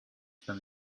than